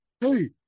Hey